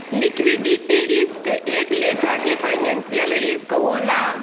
liquidity risk एक लेखा के फाइनेंशियल रिस्क होला